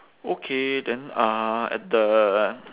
okay then uh at the